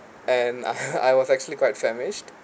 and I I was actually quite famished